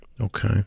Okay